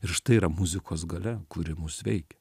ir štai yra muzikos galia kuri mus veikia